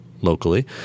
locally